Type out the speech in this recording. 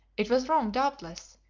it was wrong, doubtless,